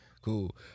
cool